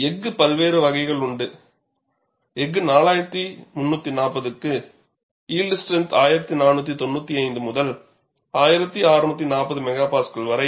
எஃகு பல்வேறு வகைகள் உண்டு எஃகு 4340 க்கு யில்ட் ஸ்ட்ரெந்த் 1495 முதல் 1640 MPa வரை